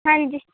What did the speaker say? ਹਾਂਜੀ